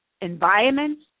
environments